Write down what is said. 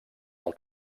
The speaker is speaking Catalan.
del